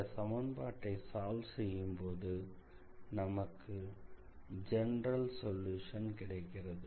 இந்த சமன்பாட்டை சால்வ் செய்யும்போது நமக்கு ஜெனரல் சொல்யூஷன் கிடைக்கிறது